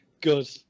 Good